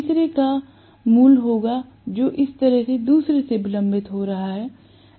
तीसरे एक का मूल्य होगा जो इस तरह से दूसरे से फिर विलंबित हो रही है